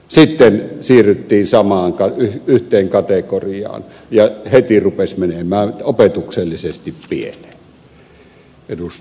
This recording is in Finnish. sitten siirryttiin samaan yhteen kategoriaan ja heti rupesi menemään opetuksellisesti pieleen